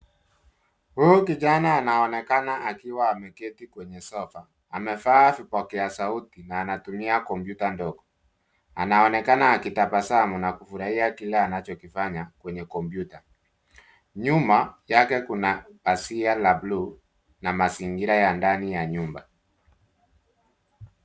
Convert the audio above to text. Huyu kijana anaonekana akiwa aemeketi kwenye sofa. Amevaa vipokea sauti na anatumia kompyuta ndogo. Anaonekana akitabasamu na kufurahia kila anachokifanya kwenye kompyuta nyuma yake kuna pazia la buluu na mazingira ya ndani ya nyumba.